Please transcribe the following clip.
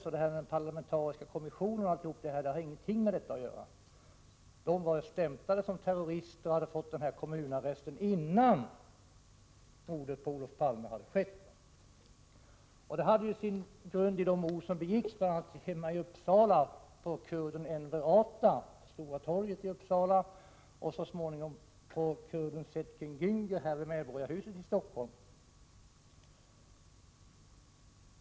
Så den parlamentariska kommissionen har ingenting med detta att göra. De var alltså stämplade som terrorister och hade fått kommunarrest innan mordet på Palme begicks. Bakgrunden är i stället mordet på kurden Enver Ata vid Stora torget i Uppsala och så småningom på kurden Cetkän Gänger i Medborgarhuset i Stockholm.